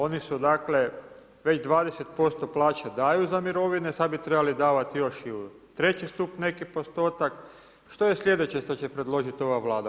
Oni već 20% plaće daju za mirovine, sad bi trebali davati još i u treći stup neki postotak, što je slijedeće što će predložiti ova Vlada?